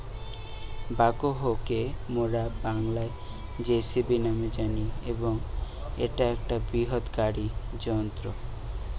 backhoe কে মোরা বাংলায় যেসিবি ন্যামে জানি এবং ইটা একটা বৃহত্তম গাড়ি যন্ত্র